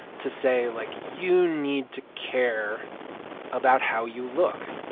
to say, like, you need to care about how you look.